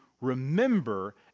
remember